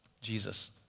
Jesus